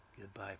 Goodbye